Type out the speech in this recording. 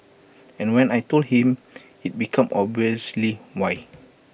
and when I Told him IT became obviously why